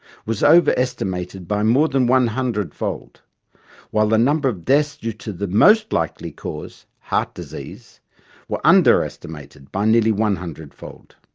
was overestimated by more than one hundredfold while the number of deaths due to the most likely cause heart disease were underestimated by nearly one hundredfold.